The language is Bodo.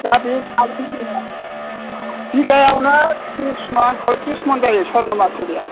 दा बे बिगायावनो त्रिस मन पइत्रिसमन जायो स्वर्न'मासुरिया